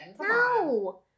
No